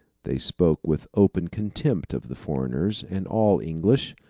they spoke with open contempt of the foreigners, and all english,